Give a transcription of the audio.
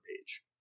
page